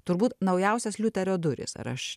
turbūt naujausias liuterio durys ar aš